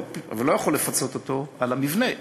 אבל לא יכולתי לפצות אותו על המבנה.